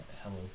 Hello